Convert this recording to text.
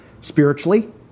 spiritually